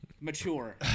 mature